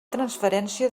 transferència